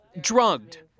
drugged